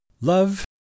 Love